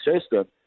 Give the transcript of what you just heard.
system